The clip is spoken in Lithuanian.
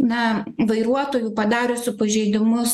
na vairuotojų padariusių pažeidimus